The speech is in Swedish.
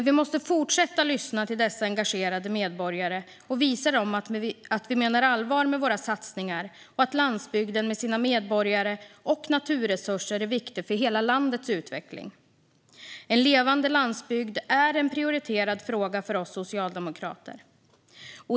Vi måste dock fortsätta lyssna till dessa engagerade medborgare och visa dem att vi menar allvar med våra satsningar och att landsbygden med sina medborgare och naturresurser är viktig för hela landets utveckling. En levande landsbygd är en prioriterad fråga för oss socialdemokrater.